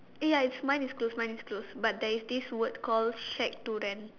eh ya is mine is close mine is close but there's this word called shared to rent